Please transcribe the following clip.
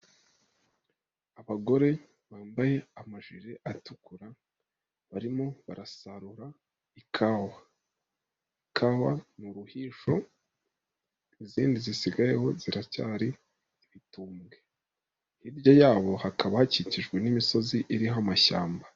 Abagore bambaye amajire atukura, barimo barasarura ikawa, ikawa ni uruhisho, izindi zisigayeho ziracyari ibitumbwe, hirya yabo hakaba hakikijwe n'imisozi iriho amashyamba.